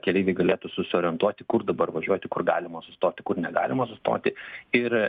keleiviai galėtų susiorientuoti kur dabar važiuoti kur galima sustoti kur negalima sustoti ir